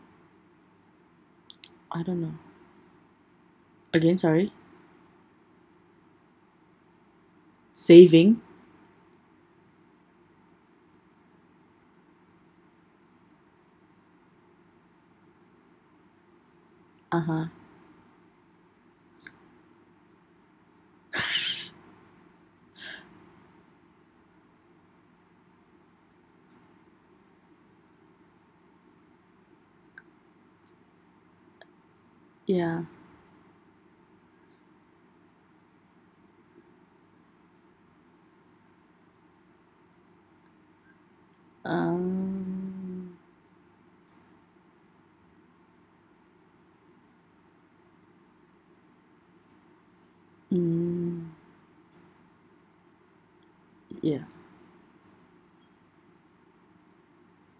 I don't know again sorry saving (uh huh) ya um mm ya